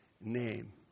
name